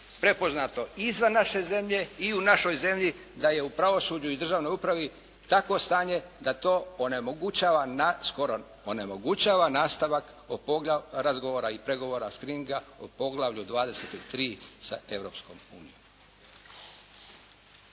prepoznato izvan naše zemlje i u našoj zemlji, da je u pravosuđu i državnoj upravi takvo stanje da to onemogućava nastavak razgovora i pregovora, screeninga o poglavlju 23 sa Europskom unijom.